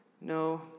no